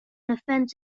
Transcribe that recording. offence